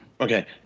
Okay